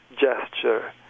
gesture